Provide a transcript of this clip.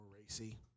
racy